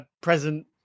present